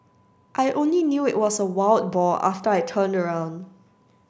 I only knew it was a wild boar after I turned around